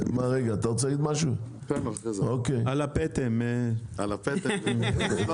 מה אתם מתכוונים לעשות במשרד לגבי אזורים מסוימים שאפשר לשמוע בהם תדרים